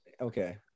okay